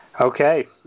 Okay